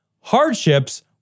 hardships